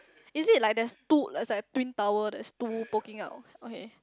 is it like there's two there's like a twin tower there's two poking out okay